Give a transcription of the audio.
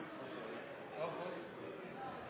Statsråd